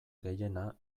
gehiena